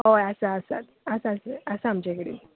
होय आसा आसा आसा सर आसा आमच्या कडेन